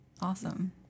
Awesome